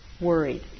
worried